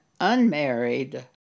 unmarried